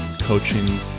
coaching